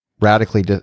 radically